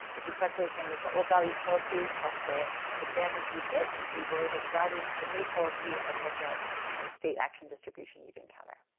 it's exactly the same as the old values policy plus the advantage you'd get if you were to run the new policy and look at the state action distribution you'd encounter.